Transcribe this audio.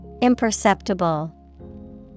Imperceptible